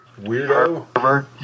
Weirdo